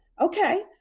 okay